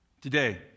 Today